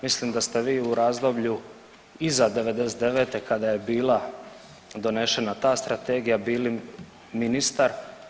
Mislim da ste vi u razdoblju iza '99., kada je bila donešena ta Strategija bili ministar.